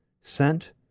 Sent